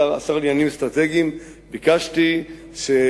השר לעניינים אסטרטגיים, אמרתי שחייבים,